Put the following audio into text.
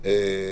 כי אני